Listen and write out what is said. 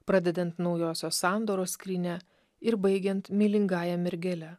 pradedant naujosios sandoros skrynia ir baigiant meilingąja mergele